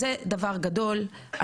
זה דבר גדול,